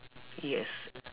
yes